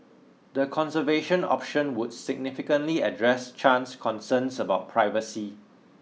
the conservation option would significantly address Chan's concerns about privacy